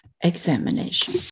examination